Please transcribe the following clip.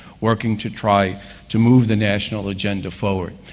working to try to move the national agenda forward.